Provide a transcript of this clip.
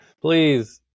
Please